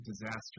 disaster